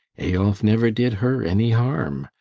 eyolf never did her any harm.